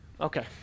okay